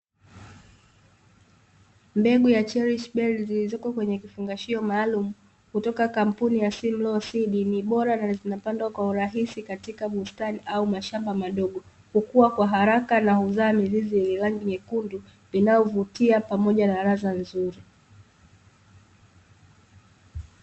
Mbegu ya "CHERRISHBERRY" zilizopo kwenye kifungashio maalumu kutoka kampuni ya SIMLAW SEED ni bora, na zinapandwa kwa urahisi katika bustani au mashamba madogo, hukua kwa haraka na huzaa mizizi yenye rangi nyekundu inayo vutia pamoja na ladha nzuri.